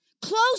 Close